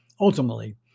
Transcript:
Ultimately